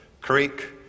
creek